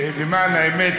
למען האמת,